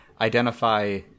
identify